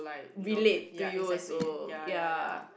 relate to you also ya